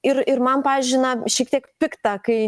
ir ir man pavyzdžiui na šiek tiek pikta kai